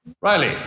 Riley